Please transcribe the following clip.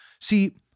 See